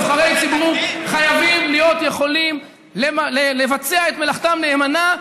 נבחרי ציבור חייבים להיות יכולים לבצע את מלאכתם נאמנה,